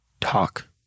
talk